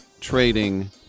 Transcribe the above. trading